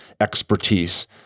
expertise